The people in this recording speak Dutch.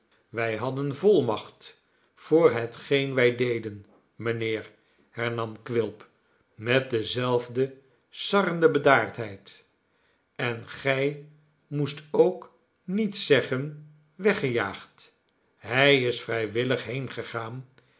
wij hadden volmacht voor hetgeen wij deden mijnheer hernam quilp metdezelfde sarrende bedaardheid en gij moest ook niet zeggen weggejaagd hij is vrijwillig heengegaan